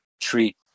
treat